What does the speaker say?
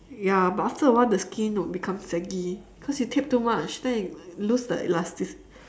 ya but after a while the skin will become saggy cause you tape too much then you lose the elasticity